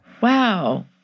Wow